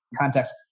Context